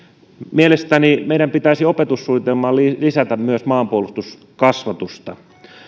mielestäni meidän pitäisi opetussuunnitelmaan lisätä myös maanpuolustuskasvatusta